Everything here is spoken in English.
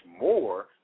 more